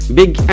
big